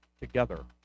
together